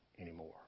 anymore